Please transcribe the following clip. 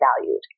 valued